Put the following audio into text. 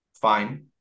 fine